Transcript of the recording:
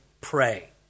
pray